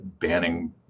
banning